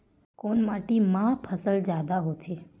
कोन माटी मा फसल जादा होथे?